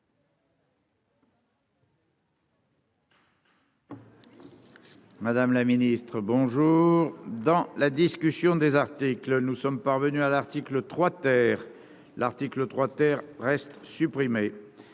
Madame la ministre bonjour dans la discussion des articles, nous sommes parvenus à l'article 3 ter, l'article 3 ter supprimés